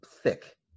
Thick